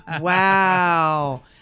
Wow